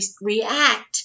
react